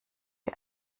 die